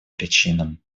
причинам